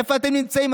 איפה אתם נמצאים?